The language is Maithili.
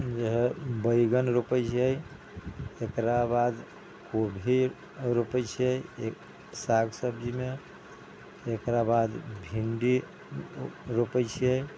जे हइ बैगन रोपै छियै तेकरा बाद कोबी रोपै छियै साग सब्जीमे तेकरा बाद भिण्डी रोपै छियै